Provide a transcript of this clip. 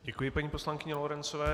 Děkuji paní poslankyni Lorencové.